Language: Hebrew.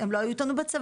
הם לא היו איתנו בצבא,